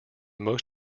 most